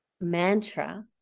mantra